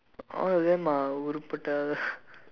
all of them are உருப்புட்ட:urupputda